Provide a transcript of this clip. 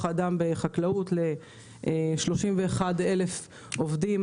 בחקלאות ל-31,000 עובדים.